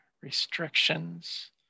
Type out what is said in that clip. restrictions